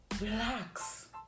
relax